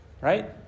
right